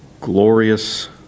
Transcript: glorious